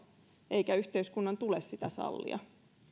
eikä yhteiskunnan tule sitä sallia